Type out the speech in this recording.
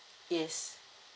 yes